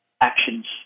actions